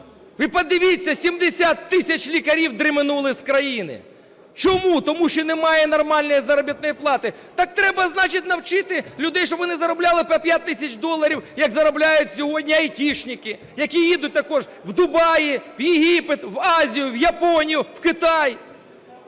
Ви подивіться, 70 тисяч лікарів "дременули" з країни. Чому? Тому що немає нормальної заробітної плати. Так треба, значить, навчити людей, щоб вони заробляли по 5 тисяч доларів, як зароблять сьогодні айтішники, які їдуть також у Дубай, в Єгипет, в Азію, у Японію, у Китай.